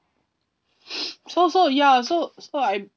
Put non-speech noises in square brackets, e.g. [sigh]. [noise] so so ya so so I